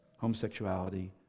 homosexuality